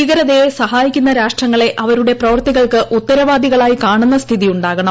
ഭീകരതയെ സഹായിക്കുന്ന രാഷ്ട്രങ്ങളെ അവരുടെ പ്രവൃത്തികൾക്ക് ഉത്തരവാദികളായി കാണുന്ന സ്ഥിതി ഉണ്ടാകണം